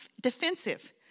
defensive